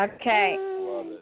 Okay